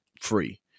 free